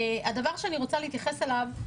הדבר שאני רוצה להתייחס אליו,